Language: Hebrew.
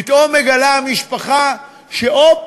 פתאום מגלה המשפחה שאופס,